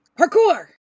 Parkour